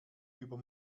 über